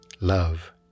Love